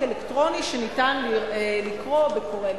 אלקטרוני שניתן לקרוא בקורא אלקטרוני,